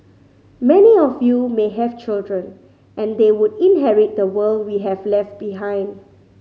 many of you may have children and they would inherit the world we have left behind